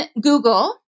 Google